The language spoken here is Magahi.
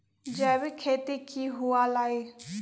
जैविक खेती की हुआ लाई?